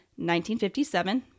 1957